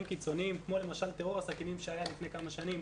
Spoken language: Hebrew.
קיצוניים כמו למשל טרור הסכינים שהיה לפני כמה שנים,